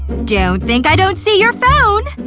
don't think i don't see your phone.